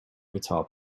guitar